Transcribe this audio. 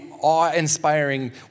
awe-inspiring